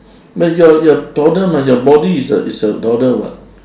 but you're you're toddler mah your body is a is a toddler [what]